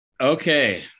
Okay